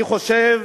אני חושב